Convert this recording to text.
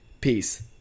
Peace